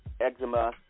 eczema